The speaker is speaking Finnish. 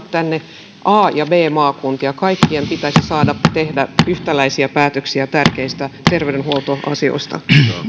tänne a ja b maakuntia kaikkien pitäisi saada tehdä yhtäläisiä päätöksiä tärkeistä terveydenhuoltoasioista